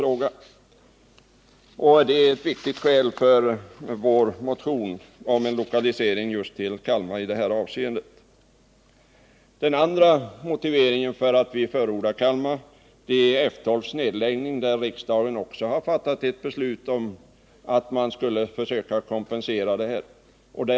Det är ett viktigt skäl för vår motion om lokalisering till Kalmar. Den andra motiveringen vi har för att förorda Kalmar är F 12:s nedläggning, som riksdagen också har fattat beslut om. Man skulle också försöka kompensera detta.